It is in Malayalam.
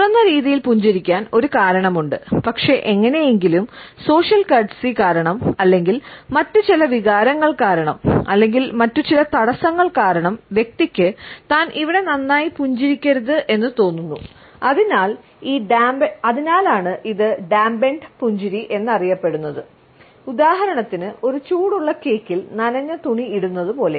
തുറന്ന രീതിയിൽ പുഞ്ചിരിക്കാൻ ഒരു കാരണമുണ്ട് പക്ഷേ എങ്ങനെയെങ്കിലും സോഷ്യൽ കർട്ട്സി പുഞ്ചിരി എന്നറിയപ്പെടുന്നു ഉദാഹരണത്തിന് ഒരു ചൂടുള്ള കേക്കിൽ നനഞ്ഞ തുണി ഇടുന്നത് പോലെ